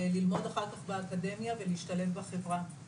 ללמוד אחר כך באקדמיה ולהשתלב בחברה.